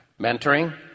Mentoring